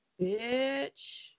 Bitch